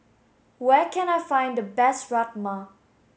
where can I find the best Rajma